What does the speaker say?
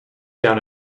down